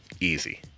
Easy